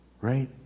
right